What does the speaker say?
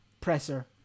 presser